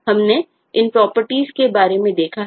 हमने इन प्रॉपर्टीज है